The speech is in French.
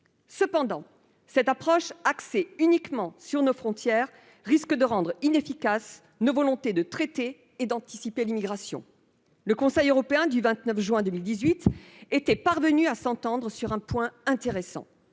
Cependant, cette approche axée uniquement sur nos frontières risque de rendre inefficace notre volonté de traiter et d'anticiper l'immigration. Le Conseil européen du 29 juin 2018 était parvenu à s'entendre sur un point intéressant